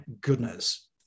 goodness